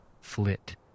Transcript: flit